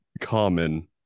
common